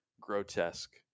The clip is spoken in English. grotesque